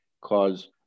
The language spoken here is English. cause